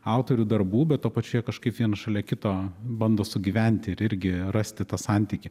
autorių darbų bet tuo pačiu jie kažkaip vienas šalia kito bando sugyventi ir irgi rasti tą santykį